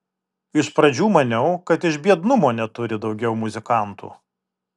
iš pradžių maniau kad iš biednumo neturi daugiau muzikantų